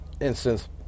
instance